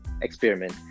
experiment